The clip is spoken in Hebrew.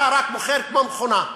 אתה רק מוכר כמו מכונה.